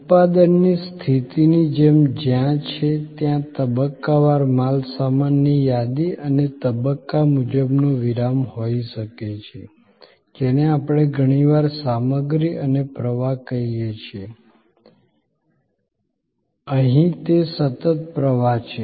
ઉત્પાદનની સ્થિતિની જેમ જ્યાં છે ત્યાં તબક્કાવાર માલ સામાનની યાદી અને તબક્કા મુજબનો વિરામ હોઈ શકે છે જેને આપણે ઘણીવાર સામગ્રી અને પ્રવાહ કહીએ છીએ અહીં તે સતત પ્રવાહ છે